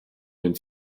den